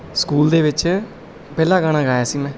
school ਦੇ ਵਿੱਚ ਪਹਿਲਾ ਗਾਣਾ ਗਾਇਆ ਸੀ ਮੈਂ